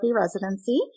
residency